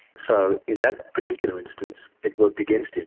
so in that particular instance it worked against him,